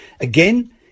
Again